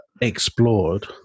explored